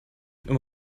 schon